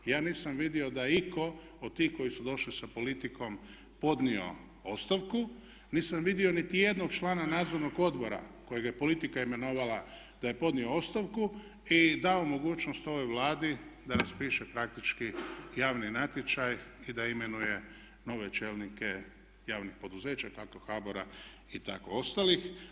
Ja nisam vidio da je iko od tih koji su došli sa politikom podnio ostavku, niti sam vidio niti jednog člana nadzornog odbora kojega je politika imenovala da je podnio ostavku i dao mogućnost ovoj Vladi da raspiše praktički javni natječaj i da imenuje nove čelnike javnih poduzeća kako HBOR-a i tako ostalih.